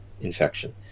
infection